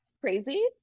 Crazy